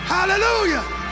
Hallelujah